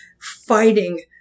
fighting